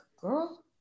Girl